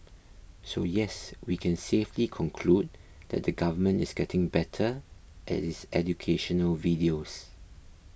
so yes we can safely conclude that the government is getting better at its educational videos